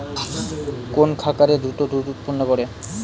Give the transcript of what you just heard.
কোন খাকারে দ্রুত দুধ উৎপন্ন করে?